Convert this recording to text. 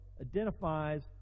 identifies